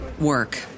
work